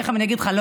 תכף אני אגיד לך,